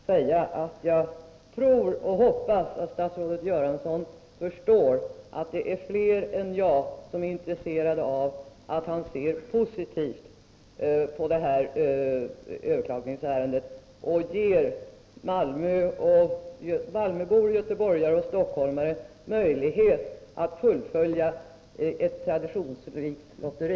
Herr talman! Jag tror och hoppas att statsrådet Göransson förstår att fler än jag är intresserade av att han ser positivt på detta överklagningsärende och ger malmöbor, göteborgare och stockholmare möjlighet att fullfölja ett traditionsrikt lotteri.